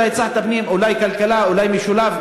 אתה הצעת פנים, אולי כלכלה, אולי משולב.